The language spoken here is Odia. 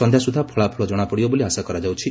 ସନ୍ଧ୍ୟା ସୁଦ୍ଧା ଫଳାଫଳ ଜଣାପଡ଼ିବ ବୋଲି ଆଶା କରାଯାଉଛି